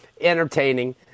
entertaining